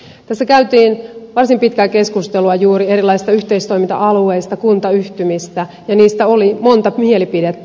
tässä käytiin varsin pitkään keskustelua juuri erilaisista yhteistoiminta alueista kuntayhtymistä ja niistä oli monta mielipidettä